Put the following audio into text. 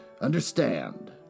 understand